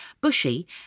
Bushy